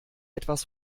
etwas